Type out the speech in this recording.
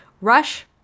Rush